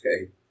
Okay